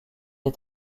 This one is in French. est